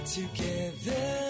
together